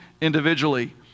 individually